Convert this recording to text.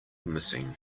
missing